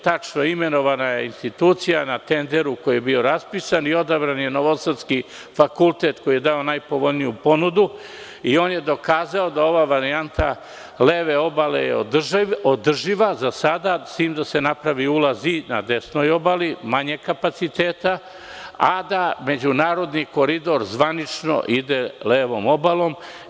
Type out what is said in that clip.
Tačno je, imenovana je institucija na tenderu koji je bio raspisan i odabran je novosadski fakultet koji je dao najpovoljniju ponudu i on je dokazao da ova varijanta leve obale je održiva za sada, s tim da se napravi ulaz i na desnoj obali manjeg kapaciteta, a da međunarodni koridor zvanično ide levom obalom.